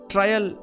Trial